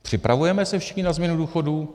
Připravujeme se všichni na změnu důchodů?